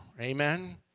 Amen